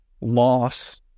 loss